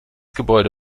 gebäude